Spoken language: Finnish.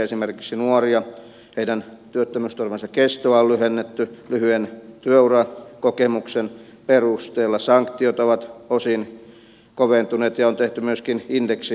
esimerkiksi nuorten työttömyysturvan kestoa on lyhennetty lyhyen työurakokemuksen perusteella sanktiot ovat osin koventuneet ja on tehty myöskin indeksimuutoksia